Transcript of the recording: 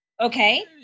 Okay